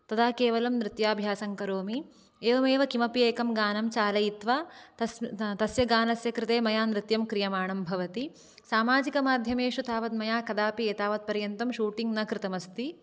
तदा केवलं नृत्याभ्यसं करोमि एवमेव किमपि एकं गानं चालयित्वा तस्य गानस्य कृते मया नृत्यं क्रियमाणं भवति सामाजिकमाध्यमेषु तावद् मया कदापि एतावद् पर्यन्तं शूटिङ्ग् न कृतम् अस्ति